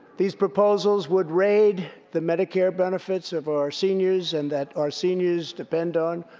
these proposals would raid the medicare benefits of our seniors and that our seniors depend on,